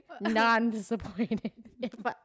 non-disappointed